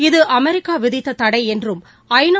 இது அமெரிக்கா விதித்த தடை என்றும் ஜநா